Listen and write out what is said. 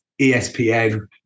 ESPN